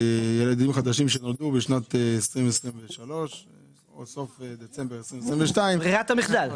ילדים חדשים שנולדו בשנת 2023 או סוף דצמבר 2022. ברירת המחדל.